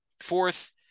fourth